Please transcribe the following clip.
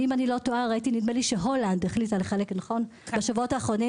אם אני לא טועה ראיתי שהולנד החליטה בשבועות האחרונים